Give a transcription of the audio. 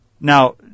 now